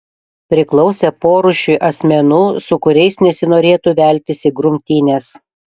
priklausė porūšiui asmenų su kuriais nesinorėtų veltis į grumtynes